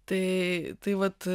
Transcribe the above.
tai tai vat